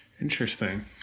Interesting